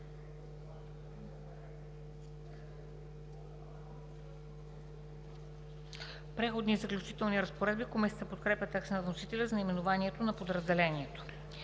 „Преходни и заключителни разпоредби“. Комисията подкрепя текста на вносителя за наименованието на подразделението.